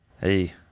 Hey